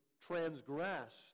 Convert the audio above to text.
transgressed